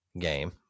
game